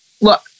look